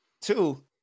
Two